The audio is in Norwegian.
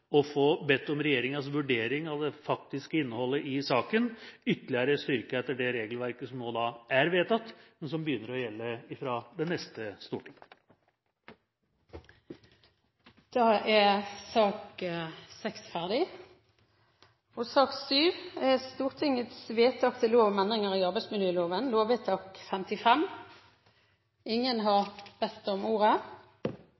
å få bedt om regjeringens vurdering av det faktiske innholdet i saken ytterligere er styrket etter det regelverket som nå er vedtatt, men som begynner å gjelde fra det neste storting. Sak nr. 6 er dermed ferdigbehandlet. Ingen har bedt om ordet. Ingen har bedt om ordet. Ingen har bedt om ordet. Ingen har bedt om ordet. Ingen har